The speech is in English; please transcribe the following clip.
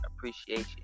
Appreciation